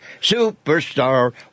superstar